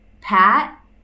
Pat